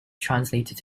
translated